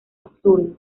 absurdo